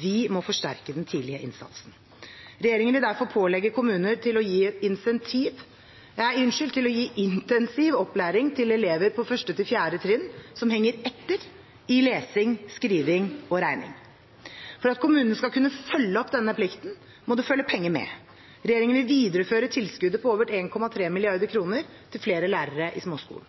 Vi må forsterke den tidlige innsatsen. Regjeringen vil derfor pålegge kommunene å gi intensiv opplæring til elever på 1.–4. trinn som henger etter i lesing, skriving og regning. For at kommunene skal kunne følge opp denne plikten, må det følge penger med. Regjeringen vil videreføre tilskuddet på over 1,3 mrd. kr til flere lærere i småskolen.